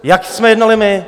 Jak jsme jednali my?